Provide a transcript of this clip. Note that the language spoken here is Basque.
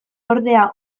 ordea